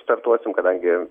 startuosim kadangi